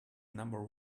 number